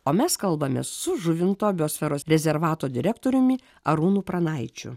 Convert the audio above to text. o mes kalbamės su žuvinto biosferos rezervato direktoriumi arūnu pranaičiu